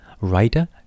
Writer